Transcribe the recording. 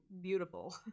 beautiful